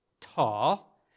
tall